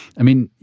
i mean,